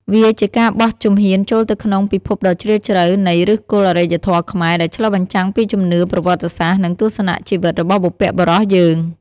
វាជាការបោះជំហានចូលទៅក្នុងពិភពដ៏ជ្រាលជ្រៅនៃ ឫសគល់អរិយធម៌ខ្មែរ ដែលឆ្លុះបញ្ចាំងពីជំនឿ ប្រវត្តិសាស្ត្រ និងទស្សនៈជីវិតរបស់បុព្វបុរសយើង។